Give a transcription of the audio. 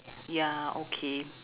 ya okay